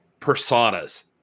personas